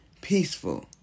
peaceful